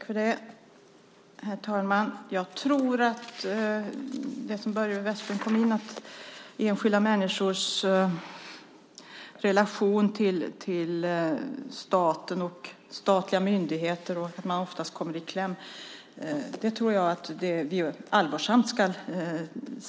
Herr talman! Att det är som Börje Vestlund kom in på, nämligen att enskilda människor ofta kommer i kläm i sin relation till staten och statliga myndigheter, ska vi förstå och se allvarsamt på.